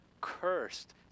cursed